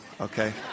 Okay